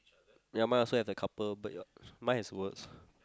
ya my also have the couple but your my has words